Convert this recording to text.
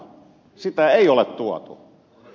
sitä ei ole tuotu